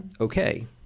okay